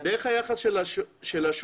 דרך היחס של השופטים